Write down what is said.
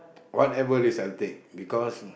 whatever this something because